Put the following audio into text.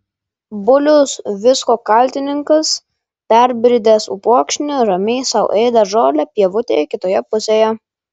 bulius visko kaltininkas perbridęs upokšnį ramiai sau ėdė žolę pievutėje kitoje pusėje